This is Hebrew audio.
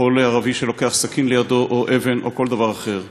וכל ערבי שלוקח סכין לידו או אבן או כל דבר אחר: